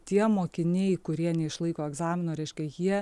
tie mokiniai kurie neišlaiko egzamino reiškia jie